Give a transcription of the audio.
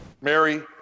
Mary